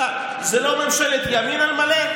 זאת לא ממשלת ימין על מלא,